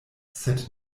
sed